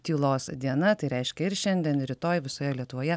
tylos diena tai reiškia ir šiandien ir rytoj visoje lietuvoje